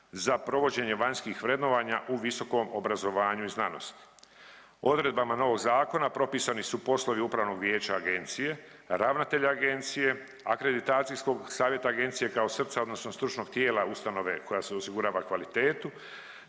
za provođenje vanjskih vrednovanja u visokom obrazovanju i znanosti. Odredbama novog zakona propisani su poslovi Upravnog vijeća Agencije, ravnatelja Agencije, Akreditacijskog savjeta Agencije kao Srca odnosno stručnog tijela ustanove koja se osigurava kvalitetu